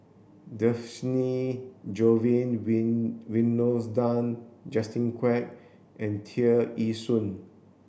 Dhershini Govin Winodan Justin Quek and Tear Ee Soon